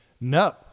No